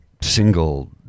single